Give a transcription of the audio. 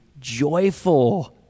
joyful